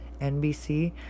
NBC